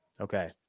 Okay